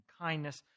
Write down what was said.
kindness